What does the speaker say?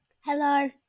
Hello